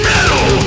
Metal